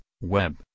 web